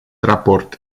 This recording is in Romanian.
raport